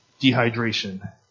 dehydration